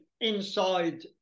inside